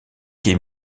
quais